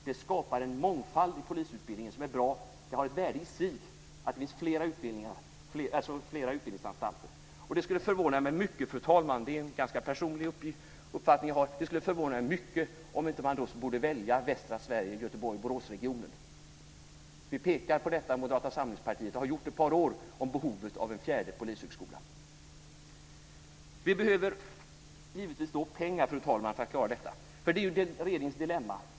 Det skapar en mångfald i polisutbildningen som är bra. Det har ett värde i sig att det finns flera utbildningsanstalter. Det skulle förvåna mig mycket, fru talman, och det är en ganska personlig uppfattning, om man inte då skulle välja västra Sverige, Göteborgs och Boråsregionen. Moderata samlingspartiet pekar på, och har gjort det i ett par år, behovet av en fjärde polishögskola. Vi behöver givetvis pengar, fru talman, för att klara detta, och det är regeringens dilemma.